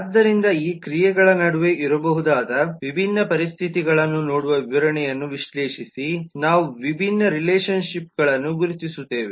ಆದ್ದರಿಂದ ಈ ಕ್ರಿಯೆಗಳ ನಡುವೆ ಇರಬಹುದಾದ ವಿಭಿನ್ನ ಪರಿಸ್ಥಿತಿಗಳನ್ನು ನೋಡುವ ವಿವರಣೆಯನ್ನು ವಿಶ್ಲೇಷಿಸಿ ನಾವು ವಿಭಿನ್ನ ರಿಲೇಶನ್ಶಿಪ್ಗಳನ್ನು ಗುರುತಿಸುತ್ತೇವೆ